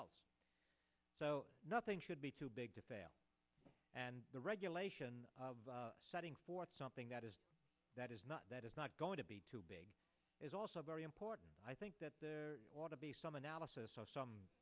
else so nothing should be too big to fail and the regulation of setting forth something that is that is not that it's not going to be too big is also very important i think that ought to be some analysis or some